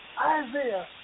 Isaiah